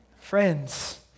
Friends